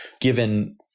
given